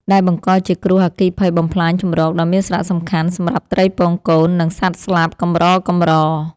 ដែលបង្កជាគ្រោះអគ្គិភ័យបំផ្លាញជម្រកដ៏មានសារៈសំខាន់សម្រាប់ត្រីពងកូន និងសត្វស្លាបកម្រៗ។